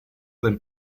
del